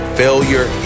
failure